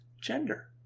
gender